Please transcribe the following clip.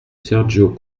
sergio